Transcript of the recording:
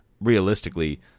realistically